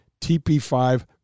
TP5